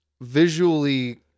visually